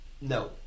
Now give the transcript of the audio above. no